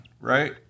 right